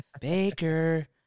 Baker